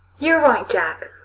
you are right, jack.